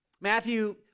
Matthew